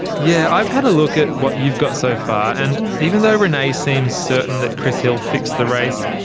yeah i've had a look at what you've got so far. and even though renay seems certain that chris hill fixed the race.